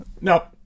Nope